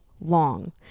long